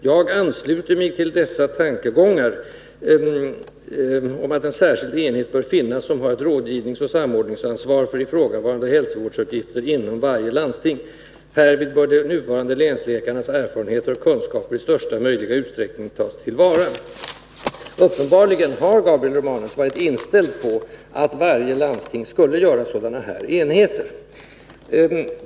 Jag ansluter mig till dessa tankegångar om att en särskild enhet bör finnas som har ett rådgivningsoch samordningsansvar för ifrågakommande hälsovårdsuppgifter inom varje landsting. Härvid bör de nuvarande länsläkarnas erfarenheter och kunskaper i största möjliga utsträckning tas till vara.” Uppenbarligen har Gabriel Romanus varit inställd på att varje landsting skulle inrätta sådana här enheter.